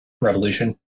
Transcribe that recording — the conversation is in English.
revolution